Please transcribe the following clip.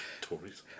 Tories